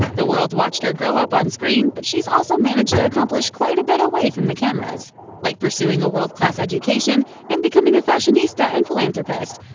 the world watched her grow up on-screen, but she's also managed to accomplish quite a bit away from the cameras like pursuing a world class education, and becoming a fashionista and philanthropist.